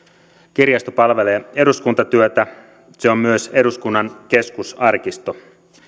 kirjasto palvelee eduskuntatyötä se on myös eduskunnan keskusarkisto